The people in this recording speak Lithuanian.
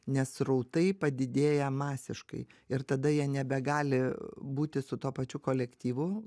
nes srautai padidėja masiškai ir tada jie nebegali būti su tuo pačiu kolektyvu